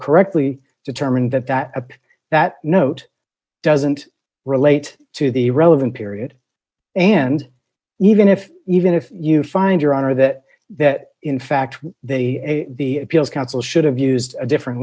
correctly determined that that that note doesn't relate to the relevant period and even if even if you find your honor that that in fact they the appeals council should have used a different